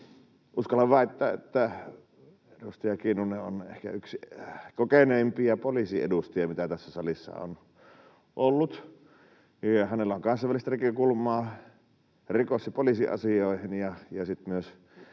Uskallan väittää, että edustaja Kinnunen on ehkä yksi kokeneimpia poliisiedustajia, mitä tässä salissa on ollut. Hänellä on kansainvälistä näkökulmaa rikos- ja poliisiasioihin